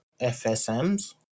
FSMs